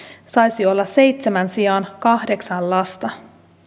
saisi olla seitsemän sijaan kahdeksan lasta